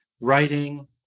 writing